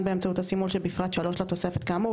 באמצעות הסימול שבפרט 3 לתוספת כאמור,